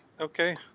Okay